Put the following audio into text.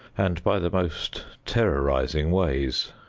and by the most terrorizing ways.